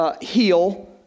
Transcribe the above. heal